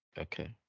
Okay